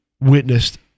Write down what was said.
witnessed